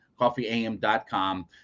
coffeeam.com